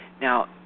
Now